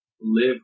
live